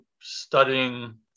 studying